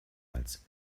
als